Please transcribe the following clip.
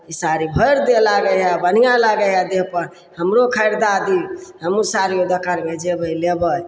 ई साड़ी भरि देह लागय हइ बढ़िआँ लागय हइ देहपर हमरो खरीदा दे हमहुँ साड़ी दोकानमे जेबय लेबय